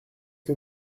que